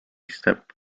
step